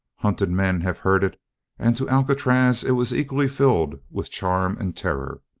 hunted men have heard it and to alcatraz it was equally filled with charm and terror.